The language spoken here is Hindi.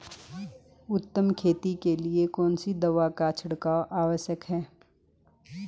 उत्तम खेती के लिए कौन सी दवा का छिड़काव आवश्यक है?